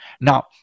Now